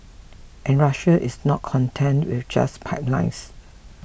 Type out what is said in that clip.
and Russia is not content with just pipelines